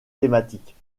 thématiques